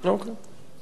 בבקשה, אדוני, דקה.